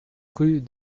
rue